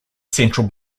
central